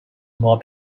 more